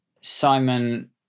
simon